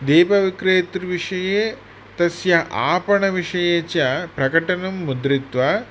दीपविक्रयेतुर्विषये तस्या आपणविषये च प्रकटनं मुद्रित्वा